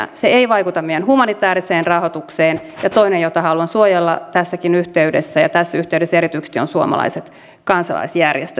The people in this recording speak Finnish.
se ei vaikuta meidän humanitääriseen rahoitukseen ja toinen jota haluan suojella tässäkin yhteydessä ja tässä yhteydessä erityisesti on suomalaiset kansalaisjärjestöt